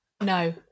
no